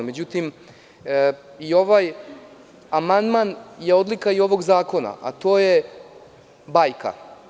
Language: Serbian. Međutim ovaj amandman je odlika ovog zakona, a to je bajka.